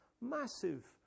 massive